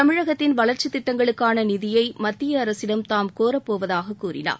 தமிழகத்தின் வளர்ச்சித் திட்டங்களுக்கான நிதியை மத்திய அரசிடம் தாம் கோரப்போவதாக கூறினார்